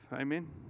Amen